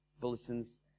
bulletins